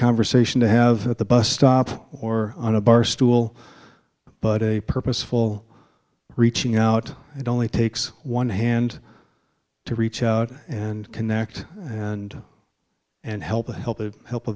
conversation to have at the bus stop or on a barstool but a purposeful reaching out and only takes one hand to reach out and connect and and help the help it help a